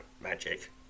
magic